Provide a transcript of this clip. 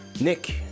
Nick